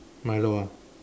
Milo ah